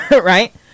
Right